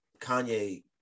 kanye